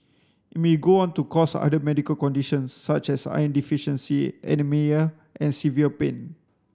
it may go on to cause other medical conditions such as iron deficiency anaemia and severe pain